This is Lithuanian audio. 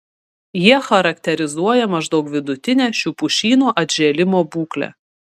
jie charakterizuoja maždaug vidutinę šių pušynų atžėlimo būklę